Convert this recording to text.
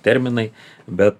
terminai bet